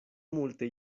multe